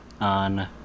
on